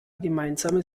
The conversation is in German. gemeinsame